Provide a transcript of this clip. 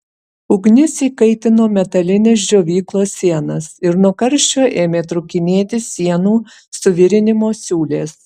ugnis įkaitino metalines džiovyklos sienas ir nuo karščio ėmė trūkinėti sienų suvirinimo siūlės